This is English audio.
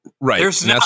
Right